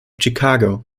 chicago